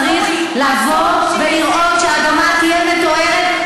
צריך לבוא ולראות שהאדמה תהיה מטוהרת,